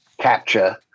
capture